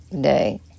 day